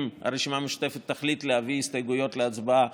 אם הרשימה המשותפת תחליט להביא הסתייגויות להצבעה,